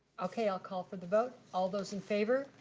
okay, i'll call for the vote. all those in favor?